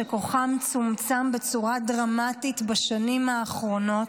שכוחם צומצם בצורה דרמטית בשנים האחרונות,